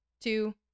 two